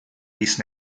fis